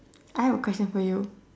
I have a question for you